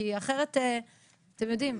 כי אחרת אתם יודעים,